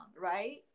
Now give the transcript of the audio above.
right